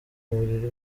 buriri